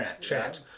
chat